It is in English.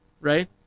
right